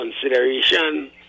consideration